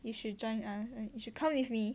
you should join us you should come with me